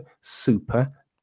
super